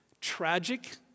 tragic